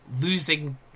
losing